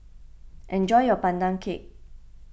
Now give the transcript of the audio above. enjoy your Pandan Cake